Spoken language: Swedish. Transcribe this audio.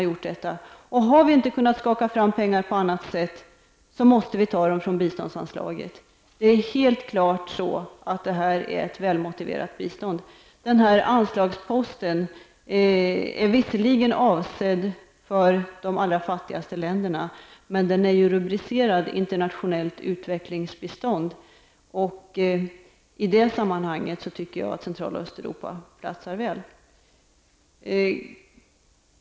Går det inte att skaka fram pengarna på annat sätt måste de tas från biståndsanslaget. Det är ett väl motiverat bistånd. Anslagsposten är visserligen avsedd för de allra fattigaste länderna, men den är ju rubricerad Internationellt utvecklingsbistånd. I det sammanhanget tycker jag att Central och Östeuropa platsar väl.